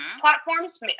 platforms